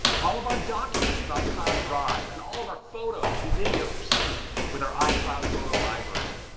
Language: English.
all of our documents with icloud drive and all of our photos and videos are synced with our icloud photo library.